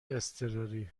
اضطراری